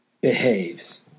behaves